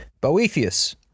Boethius